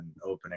opening